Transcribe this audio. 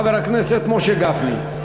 חבר הכנסת משה גפני.